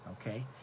Okay